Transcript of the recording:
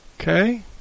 okay